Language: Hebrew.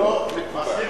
לא מקובל.